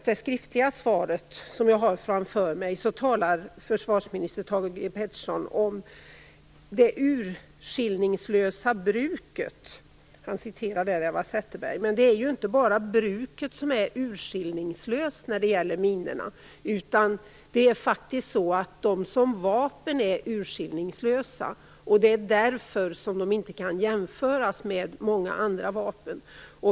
I det skriftliga svaret som jag har framför mig talar försvarsminister Thage G Peterson om det urskillningslösa bruket. Han citerar där Eva Zetterberg. Men det är inte bara bruket som är urskillningslöst när det gäller minorna, utan det är faktiskt så att de som vapen är urskillningslösa. Det är därför de inte kan jämföras med många andra vapen.